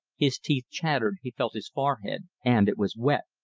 his teeth chattered, he felt his forehead, and it was wet.